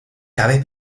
cabe